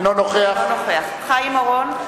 אינו נוכח חיים אורון,